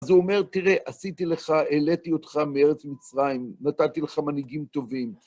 אז הוא אומר, תראה, עשיתי לך, העליתי אותך מארץ מצרים, נתתי לך מנהיגים טובים.